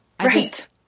Right